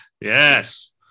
Yes